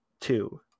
two